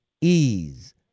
ease